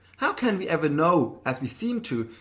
how can we ever know, as we seem to,